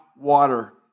water